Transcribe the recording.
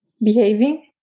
behaving